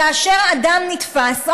כאשר אדם נתפס,